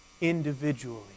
individually